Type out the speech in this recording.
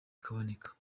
kaboneka